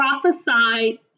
prophesied